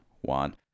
one